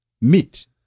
meet